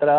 तत्र